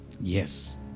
yes